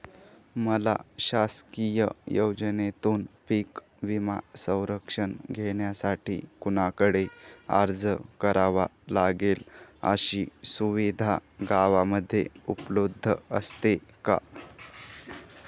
मला शासकीय योजनेतून पीक विमा संरक्षण घेण्यासाठी कुणाकडे अर्ज करावा लागेल? अशी सुविधा गावामध्ये उपलब्ध असते का?